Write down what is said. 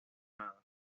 nada